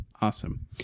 Awesome